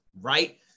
right